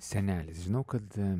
senelis žinau kad